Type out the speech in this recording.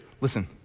Listen